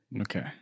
Okay